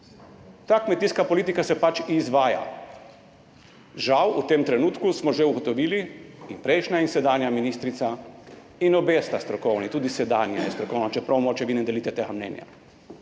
Ta kmetijska politika se pač izvaja. Žal, v tem trenutku, smo že ugotovili, prejšnja in sedanja ministrica, in obe sta strokovni, tudi sedanja je strokovna, čeprav mogoče vi ne delite tega mnenja.